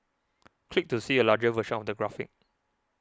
click to see a larger version of the graphic